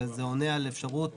וזה עונה על אפשרות